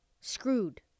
screwed